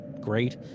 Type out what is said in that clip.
great